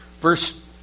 verse